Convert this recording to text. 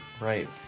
right